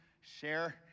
share